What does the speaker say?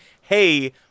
hey